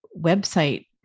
website